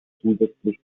zusätzlich